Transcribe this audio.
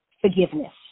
Forgiveness